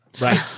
Right